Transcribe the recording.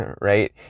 right